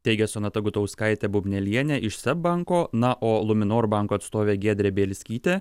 teigė sonata gutauskaitė bubnelienė iš seb banko na o luminor banko atstovė giedrė bielskytė